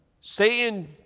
Satan